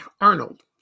Arnold